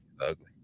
ugly